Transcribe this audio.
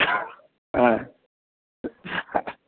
हा